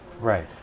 Right